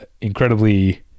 incredibly